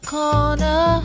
corner